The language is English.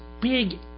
big